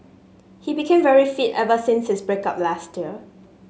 he became very fit ever since his break up last year